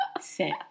Sick